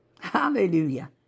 Hallelujah